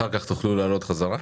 אחר כך תוכלו להעלות בחזרה.